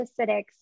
acidic